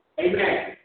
Amen